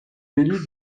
délit